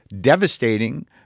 devastating